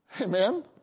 Amen